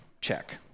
Check